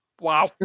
Wow